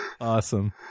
Awesome